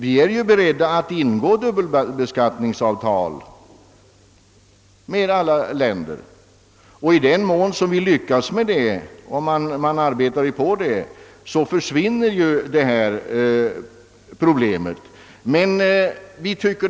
Vi är dock beredda att ingå dubbelbeskattningsavtal med alla länder och i den mån vi lyckas därmed — man arbetar ju på det — försvinner detta problem.